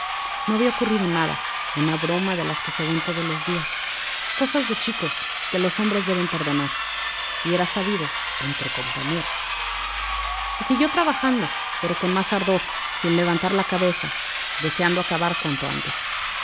no había ocurrido nada una broma de las que se ven todos los días cosas de chicos que los hombres deben perdonar y era sabido entre compañeros y siguió trabajando pero con más ardor sin levantar la cabeza deseando acabar cuanto antes